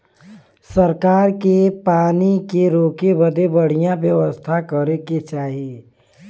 सरकार के पानी के रोके बदे बढ़िया व्यवस्था करे के चाही